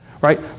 Right